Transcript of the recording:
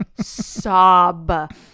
sob